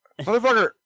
Motherfucker